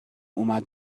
اومد